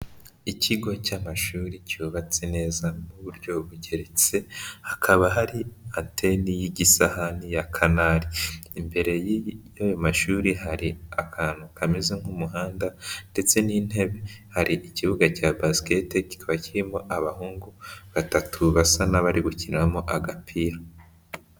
Ikigo cy'amashuri cyubatse neza mu buryo bugeretse, hakaba hari ateni y'isahani ya Kanari, imbere y'ayo mashuri hari akantu kameze nk'umuhanda ndetse n'intebe, hari ikibuga cya basiketi, kiba kirimo abahungu batatu basa n'abari gukinamo agapira.